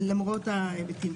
למרות ההיבטים.